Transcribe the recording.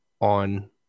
on